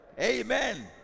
amen